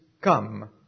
come